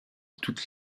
toutes